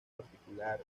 particular